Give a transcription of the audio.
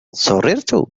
سررت